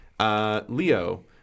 Leo